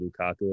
Lukaku